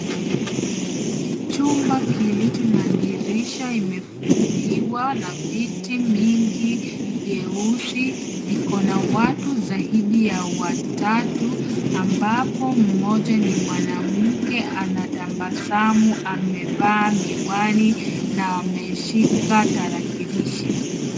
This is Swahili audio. Chumba kilicho na dirisha imefunguliwa na viti mingi vyeusi, viko na watu zaidi ya watatu ambapo mmoja ni mwanamke anatabasamu amevaa miwani na ameshika tarakilishi.